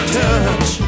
touch